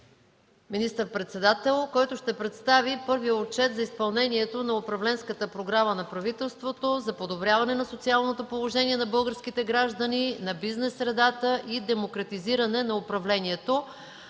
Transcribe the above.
министър-председател, който ще представи Първия отчет за изпълнението на управленската програма на правителството за подобряване на социалното положение на българските граждани, на бизнес средата и демократизиране на управлението.